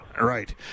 right